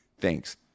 Thanks